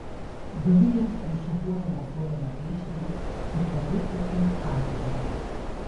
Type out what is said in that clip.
dovilė nušokuoja mosuodama piešiniu it padūkusiu aitvaru